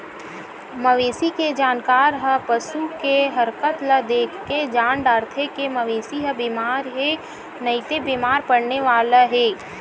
मवेशी के जानकार ह पसू के हरकत ल देखके जान डारथे के मवेशी ह बेमार हे नइते बेमार परने वाला हे